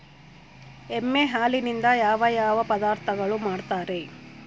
ಎಮ್ಮೆ ಹಾಲಿನಿಂದ ಯಾವ ಯಾವ ಪದಾರ್ಥಗಳು ಮಾಡ್ತಾರೆ?